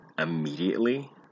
Immediately